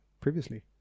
previously